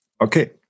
Okay